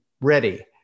ready